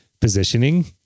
positioning